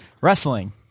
Wrestling